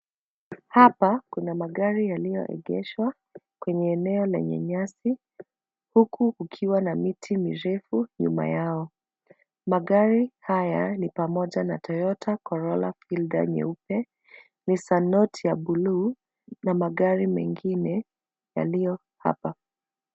Hapa kuna magari yaliyoegeshwa kwenye eneo lenye nyasi huku kukiwa na miti mirefu nyuma yao. Magari haya ni pamoja na Toyota Corolla Fielder nyeupe, Nissan Note ya bluu na magari mengine yaliyo hapa.